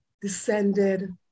descended